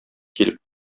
килеп